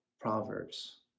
Proverbs